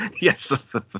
Yes